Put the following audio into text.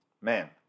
man